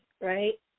right